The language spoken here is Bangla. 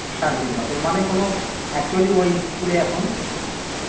সাড়ে তিন বছর মানে কোনো অ্যাকচুয়ালি ওই স্কুলে এখন